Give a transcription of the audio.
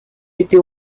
était